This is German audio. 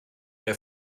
der